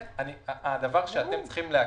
הדבר שאתם צריכים להכיר,